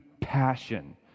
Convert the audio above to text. passion